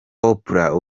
oprah